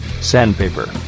sandpaper